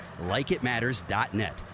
LikeItMatters.net